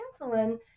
insulin